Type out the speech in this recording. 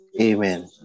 Amen